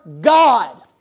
god